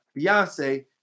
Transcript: Beyonce